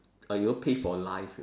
or you all pay for life you